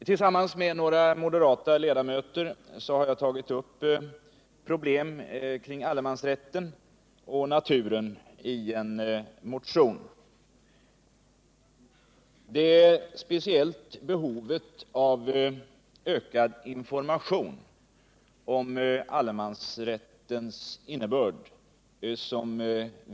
Tillsammans med några andra moderata ledamöter har jag tagit upp problem kring allemansrätten och naturen i en motion som behandlas i detta betänkande. Vi önskar speciellt framhålla behovet av ökad information om allemansrättens innebörd.